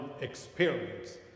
experience